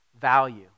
value